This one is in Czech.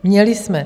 Měli jsme.